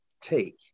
take